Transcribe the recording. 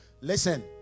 listen